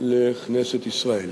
לכנסת ישראל.